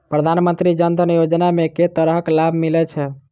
प्रधानमंत्री जनधन योजना मे केँ तरहक लाभ मिलय छै?